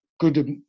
good